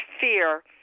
fear